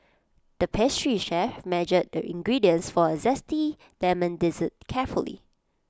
the pastry chef measured the ingredients for A Zesty Lemon Dessert carefully